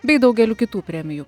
bei daugeliu kitų premijų